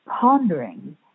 pondering